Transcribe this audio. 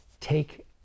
Take